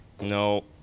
No